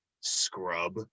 scrub